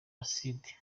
acide